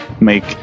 make